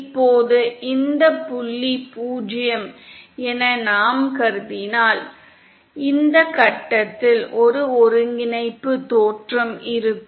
இப்போது இந்த புள்ளி 0 என நாம் கருதினால் இந்த கட்டத்தில் ஒரு ஒருங்கிணைப்பு தோற்றம் இருக்கும்